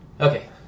Okay